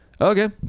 Okay